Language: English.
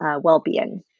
well-being